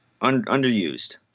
Underused